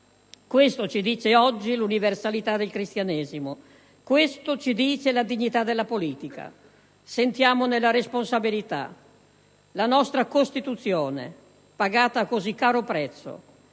Questo ci dice oggi l'universalità del Cristianesimo. Questo ci dice la dignità della politica: sentiamone la responsabilità. La nostra Costituzione, pagata a così caro prezzo,